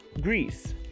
Greece